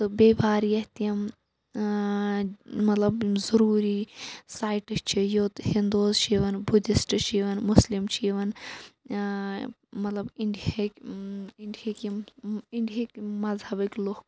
بیٚیہِ واریاہ تِم مَطلَب ضروٗری سایٹہٕ چھِ یوٚت ہِنٛدوٗز چھِ یِوان بُدِسٹ چھِ یِوان مُسلِم چھِ یِوان مَطلَب اِنڈیہِکۍ اِنڈیہِکۍ یِم اِنڈیہِکۍ مَذہَبٕکۍ لُکھ